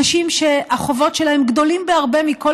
אנשים שהחובות שלהם גדולים בהרבה מכל